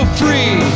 free